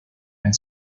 and